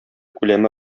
күләме